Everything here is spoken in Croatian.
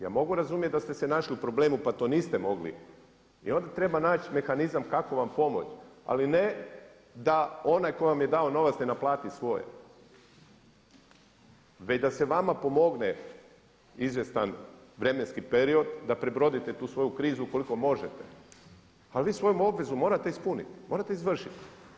Ja mogu razumjeti da ste našli u problemu pa to niste mogli i onda treba naći mehanizam kako vam pomoći, ali ne da onaj tko vam je dao novac ne naplati svoje, već da se vama pomogne izvjestan vremenski period da prebrodite tu svoju krizu koliko možete, ali vi svoju obvezu morate ispuniti, morate izvršiti.